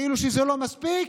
כאילו שזה לא מספיק,